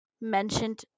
mentioned